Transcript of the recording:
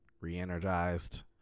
re-energized